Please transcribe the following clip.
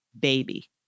baby